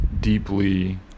deeply